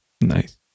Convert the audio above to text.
Nice